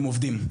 הם עובדים.